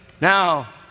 Now